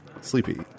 Sleepy